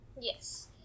Yes